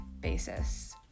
basis